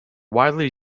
widely